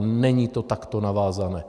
Není to takto navázané.